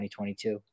2022